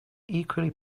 equally